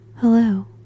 Hello